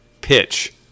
pitch